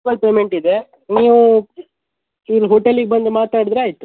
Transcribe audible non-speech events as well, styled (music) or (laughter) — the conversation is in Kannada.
(unintelligible) ಪೇಮೆಂಟ್ ಇದೆ ನೀವು ಚೂರು ಹೋಟೆಲಿಗೆ ಬಂದು ಮಾತಾಡಿದ್ರೆ ಆಯಿತು